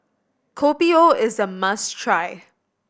Kopi O is a must try